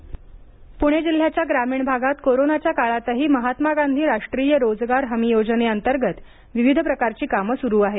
मनरेगा प्रणे जिल्ह्याच्या ग्रामीण भागात कोरोनाच्या काळातही महात्मा गांधी राष्ट्रीय रोजगार हमी योजनेअंतर्गत विविध प्रकारची कामं सुरु आहेत